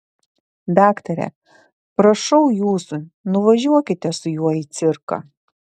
daktare prašau jūsų nuvažiuokite su juo į cirką